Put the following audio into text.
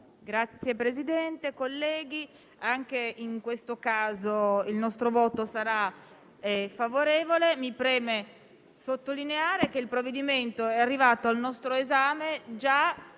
Signor Presidente, colleghi, anche in questo caso il nostro voto sarà favorevole. Mi preme sottolineare che il documento è arrivato al nostro esame già